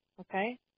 Okay